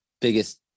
biggest